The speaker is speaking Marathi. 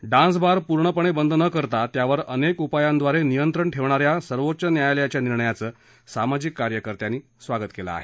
डान्स बार पूर्णपणे बंद न करता त्यावर अनेक उपायांद्वारे नियंत्रण ठेवणा या सर्वोच्च न्यायालयाच्या निर्णयाचं सामाजिक कार्यकर्त्यांनी स्वागत केलं आहे